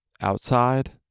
outside